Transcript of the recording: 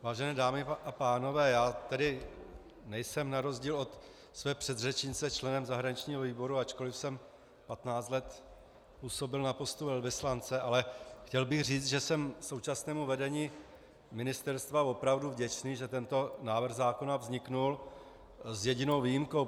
Vážené dámy a pánové, já tedy nejsem na rozdíl od své předřečnice členem zahraničního výboru, ačkoliv jsem patnáct let působil na postu velvyslance, ale chtěl bych říct, že jsem současnému vedení ministerstva opravdu vděčný, že tento návrh zákona vznikl, s jedinou výjimkou.